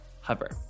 Hover